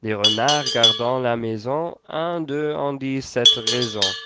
les renards gardant la maison un d'eux en dit cetle raison